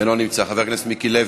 אינו נמצא, חבר הכנסת מיקי לוי,